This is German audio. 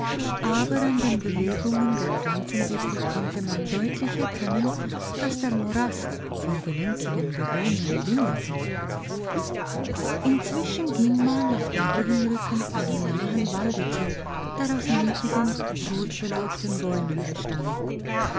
aber an den bewegungen der pflanzendecke konnte man deutlich erkennen daß der morast von gelenkigen bewohnern wimmelte inzwischen ging man auf dem höhenrücken einem nahen walde zu der aus niedrigen rotbelaubten bäumen bestand